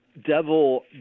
devil